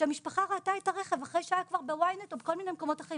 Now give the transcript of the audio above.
שהמשפחה ראתה את הרכב אחרי שעה כבר ב-YNET או בכל מיני מקומות אחרים,